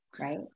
right